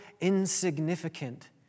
insignificant